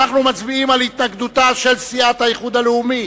אנחנו מצביעים על התנגדותה של סיעת האיחוד הלאומי